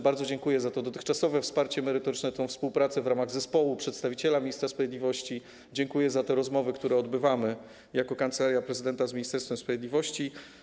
Bardzo dziękuję za to dotychczasowe wsparcie merytoryczne i tę współpracę w ramach zespołu przedstawicielowi ministra sprawiedliwości, dziękuję za te rozmowy, które odbywamy jako Kancelaria Prezydenta RP z Ministerstwem Sprawiedliwości.